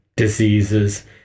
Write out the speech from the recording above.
diseases